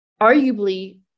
arguably